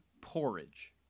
porridge